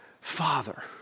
Father